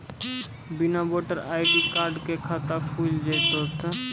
बिना voter ID card के खाता खुल जैते तो?